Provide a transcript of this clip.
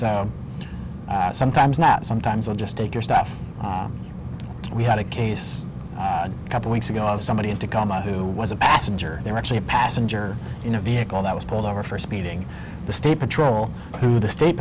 so sometimes that sometimes i'll just take your stuff we had a case a couple weeks ago of somebody in tacoma who was a passenger there actually a passenger in a vehicle that was pulled over for speeding the state patrol who the state